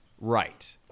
Right